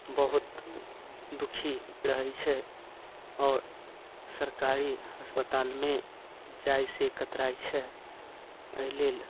बहुत दुखी रहै छै आओर सरकारी अस्पतालमे जाइसँ कतइराइ छै अइलेल